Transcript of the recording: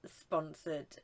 sponsored